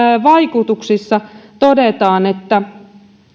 vaikutuksista todetaan että